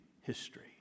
history